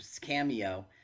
cameo